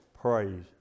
praise